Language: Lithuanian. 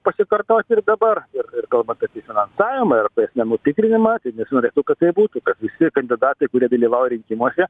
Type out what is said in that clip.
pasikartot ir dabar ir ir kalbant apie finansavimą ir nemų tikrinimą tai nesinori kad tai būtų visi kandidatai kurie dalyvauja rinkimuose